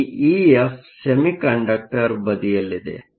ಈ EF semiconductor ಬದಿಯಲ್ಲಿದೆ